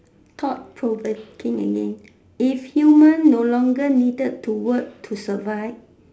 thought provoking again if human no longer needed to work to survive